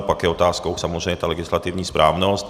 Pak je otázkou samozřejmě ta legislativní správnost.